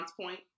point